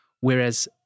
whereas